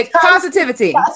Positivity